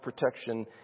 protection